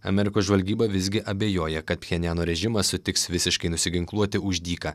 amerikos žvalgyba visgi abejoja kad pjenjano režimas sutiks visiškai nusiginkluoti už dyką